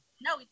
No